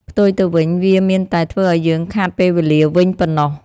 ផ្ទុយទៅវិញ វាមានតែធ្វើឱ្យយើងខាតពេលវេលាវិញប៉ុណ្ណោះ។